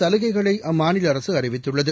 சலுகைகளை அம்மாநில அரசு அறிவித்துள்ளது